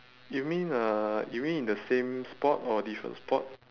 you mean uh you mean in the same spot or different spot